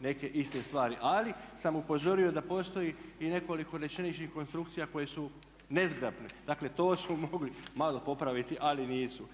neke iste stvari. Ali sam upozorio da postoji i nekoliko rečeničnih konstrukcija koje su nezgrapne. Dakle, to su mogli malo popraviti ali nisu.